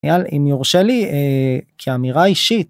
מניעל אם יורשה לי כאמירה אישית.